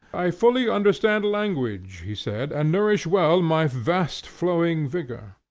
i fully understand language, he said, and nourish well my vast-flowing vigor.